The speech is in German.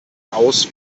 aus